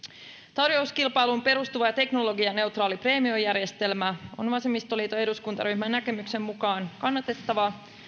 tarjouskilpailuun perustuva ja teknologianeutraali preemiojärjestelmä on vasemmistoliiton eduskuntaryhmän näkemyksen mukaan kannatettava